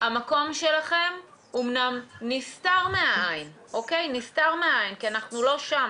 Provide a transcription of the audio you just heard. המקום שלכם אמנם נסתר מהעין, כי אנחנו לא שם.